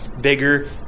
bigger